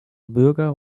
bürger